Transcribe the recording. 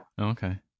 Okay